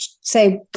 say